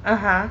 (uh huh)